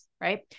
right